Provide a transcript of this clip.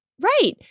Right